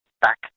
back